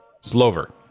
Slover